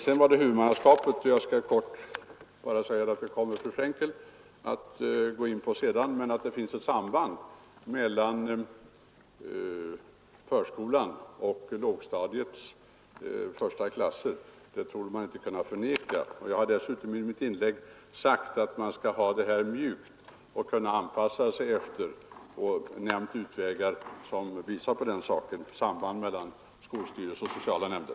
Frågan om huvudmannaskapet kommer fru Frenkel att gå in på i ett kommande inlägg. Att det finns ett samband mellan förskolan och lågstadiets första klasser torde man inte kunna förneka. Jag har i mitt inlägg sagt att vi bör ha en mjuk anpassning och nämnt utvägar för att ordna det efter kommunens egna önskemål, t.ex. ett sambandsorgan mellan skolstyrelser och sociala nämnder.